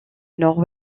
nord